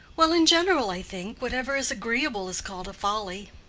well, in general, i think, whatever is agreeable is called a folly.